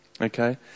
Okay